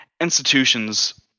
institutions